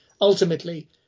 Ultimately